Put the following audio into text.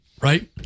right